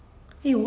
okay